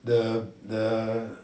the the